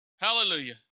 Hallelujah